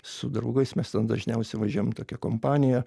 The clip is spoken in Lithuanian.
su draugais mes ten dažniausiai važiuojam tokia kompanija